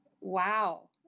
Wow